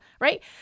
Right